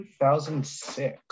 2006